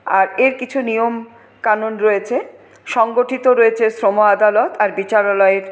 আর এর কিছু নিয়মকানুন রয়েছে সংগঠিত রয়েছে শ্রম আদালত আর বিচারালয়ের